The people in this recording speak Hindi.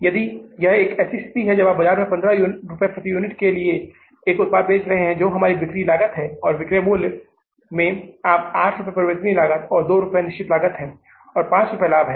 यदि यह एक ऐसी स्थिति है जो आप बाजार में 15 रुपये प्रति यूनिट के लिए एक उत्पाद बेच रहे हैं जो हमारी बिक्री लागत है और विक्रय मूल्य में आपके आठ रुपये परिवर्तनीय लागत दो रुपये निश्चित लागत है और पांच रुपये लाभ है